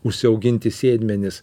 užsiauginti sėdmenis